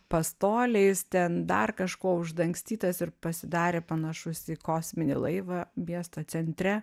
pastoliais ten dar kažko uždangstytas ir pasidarė panašus į kosminį laivą miesto centre